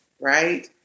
right